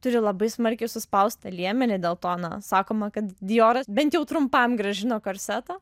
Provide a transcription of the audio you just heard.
turi labai smarkiai suspaustą liemenį dėl to na sakoma kad dioras bent jau trumpam grąžino korsetą